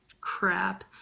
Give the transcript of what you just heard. crap